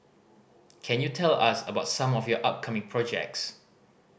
can you tell us about some of your upcoming projects